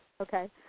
Okay